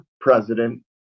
president